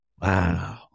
Wow